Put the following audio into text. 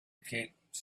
keeps